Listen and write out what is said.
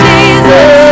Jesus